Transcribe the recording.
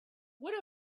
would